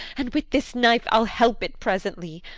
and with this knife i'll help it presently.